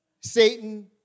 Satan